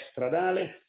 Stradale